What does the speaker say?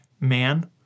man